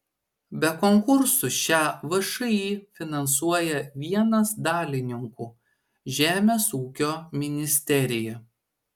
be konkursų šią všį finansuoja vienas dalininkų žemės ūkio ministerija